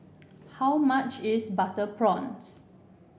how much is Butter Prawns